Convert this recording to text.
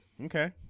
Okay